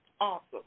awesome